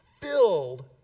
Filled